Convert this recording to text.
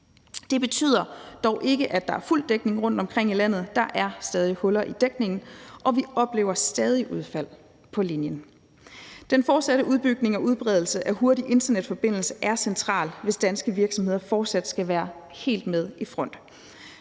Det betyder dog ikke, at der er fuld dækning rundtomkring i landet; der er stadig huller i dækningen, og vi oplever stadig udfald på linjen. Den fortsatte udbygning og udbredelse af hurtig internetforbindelse er centralt, hvis danske virksomheder fortsat skal være med helt i front.